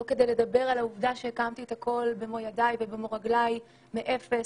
לא כדי לדבר על העובדה שהקמתי את הכול במו ידיי ורגליי מאפס,